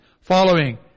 following